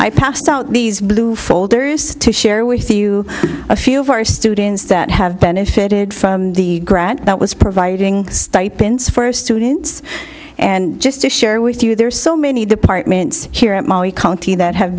i passed out these blue folders to share with you a few of our students that have benefited from the grant that was providing stipends for students and just to share with you there are so many departments here at molly conti that have